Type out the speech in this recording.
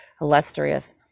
illustrious